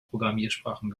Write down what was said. programmiersprachen